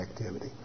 activity